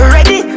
Ready